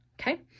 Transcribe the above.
Okay